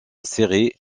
série